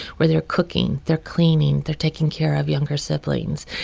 where they're cooking. they're cleaning. they're taking care of younger siblings.